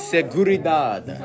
Seguridad